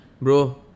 bro